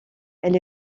elle